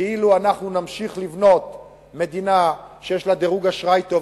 כאילו אנחנו נמשיך לבנות מדינה שיש לה דירוג אשראי טוב.